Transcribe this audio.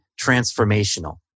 transformational